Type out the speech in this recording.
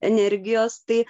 energijos tai